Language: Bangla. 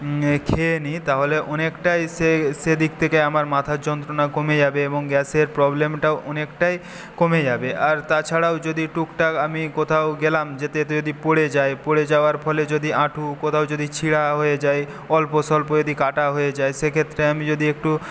খেয়ে নিই তাহলে অনেকটাই সে সেদিক থেকে আমার মাথার যন্ত্রনা কমে যাবে এবং গ্যাসের প্রবলেমটাও অনেকটাই কমে যাবে আর তাছাড়াও যদি টুক টাক আমি কোথাও গেলাম যেতে যেতে যদি পড়ে যাই পড়ে যাওয়ার ফলে যদি হাঁটু কোথাও যদি ছেঁড়া হয়ে যায় তাই অল্প স্বল্প কাটা হয়ে যায় সেক্ষেত্রে আমি যদি একটু